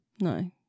No